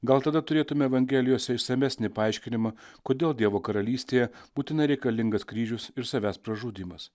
gal tada turėtume evangelijose išsamesnį paaiškinimą kodėl dievo karalystėje būtinai reikalingas kryžius ir savęs pražudymas